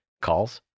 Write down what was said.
calls